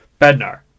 Bednar